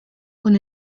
con